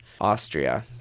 Austria